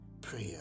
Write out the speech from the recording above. prayer